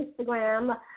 Instagram